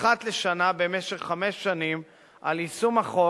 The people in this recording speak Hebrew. אחת לשנה במשך חמש שנים על יישום החוק,